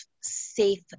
safe